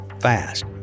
fast